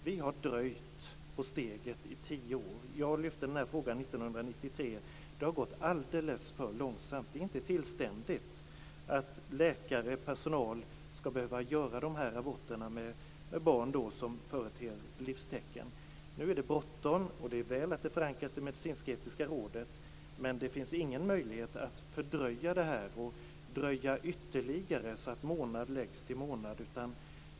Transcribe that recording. Vi har dröjt på steget i tio år. Jag lyfte fram den här frågan 1993. Det har gått alldeles för långsamt. Det är inte tillständigt att läkare och annan personal skall behöva göra de här aborterna med barn som företer livstecken. Nu är det bråttom. Det är väl att detta förankras i Medicinsk-etiska rådet, men det finns ingen möjlighet att fördröja det här och dröja ytterligare så att månad läggs till månad.